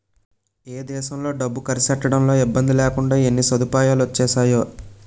ఏ దేశంలో డబ్బు కర్సెట్టడంలో ఇబ్బందిలేకుండా ఎన్ని సదుపాయాలొచ్చేసేయో